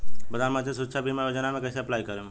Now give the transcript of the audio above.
प्रधानमंत्री सुरक्षा बीमा योजना मे कैसे अप्लाई करेम?